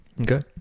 Okay